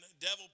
devil